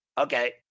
Okay